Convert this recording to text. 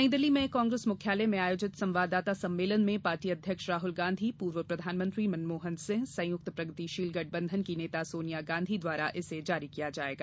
नई दिल्ली में कांग्रेस मुख्यालय में आयोजित संवाददाता संर्मेलन में पार्टी अध्यक्ष राहुल गांधी पूर्व प्रधानमंत्री मनमोहन सिंह संयुक्त प्रगतिशील गठबंधन की नेता सोनिया गांधी द्वारा इसे जारी किया जाएगा